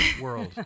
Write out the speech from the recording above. world